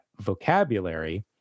vocabulary